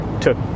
took